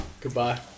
Goodbye